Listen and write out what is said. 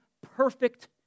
perfect